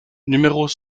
numéros